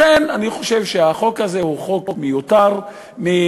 לכן אני חושב שהחוק הזה הוא חוק מיותר מההתחלה,